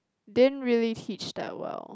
didn't really teach that well